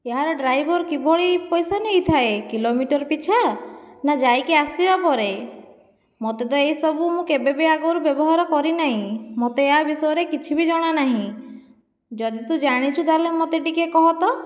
ଏହାର ଡ୍ରାଇଭର କିଭଳି ପଇସା ନେଇଥାଏ କିଲୋମିଟର ପିଛା ନା ଯାଇକି ଆସିବା ପରେ ମୋତେ ତ ଏଇସବୁ ମୁଁ କେବେ ବି ଆଗରୁ ବ୍ୟବହାର କରି ନାଇଁ ମୋତେ ଏହା ବିଷୟରେ କିଛି ବି ଜଣାନାହିଁ ଯଦି ତୁ ଜାଣିଛୁ ତାହେଲେ ମୋତେ ଟିକିଏ କହ ତ